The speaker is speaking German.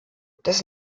das